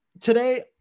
Today